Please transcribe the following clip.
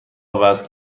وزن